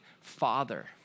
father